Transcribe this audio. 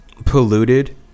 polluted